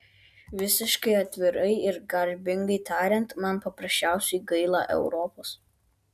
visiškai atvirai ir garbingai tariant man paprasčiausiai gaila europos